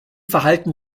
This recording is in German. verhalten